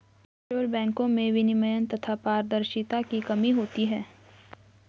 offshore बैंको में विनियमन तथा पारदर्शिता की कमी होती है